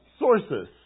Sources